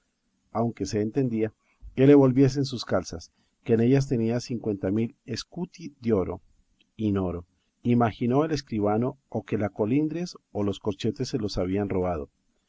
aunque se entendía que le volviesen sus calzas que en ellas tenía cincuenta escuti d'oro in oro imaginó el escribano o que la colindres o los corchetes se los habían robado